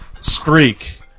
streak